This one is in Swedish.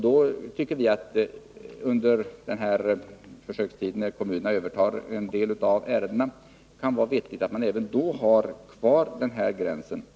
Vi tycker att det under den försökstid då kommunerna övertar en del av ärendena kan vara vettigt att ha kvar gränsen.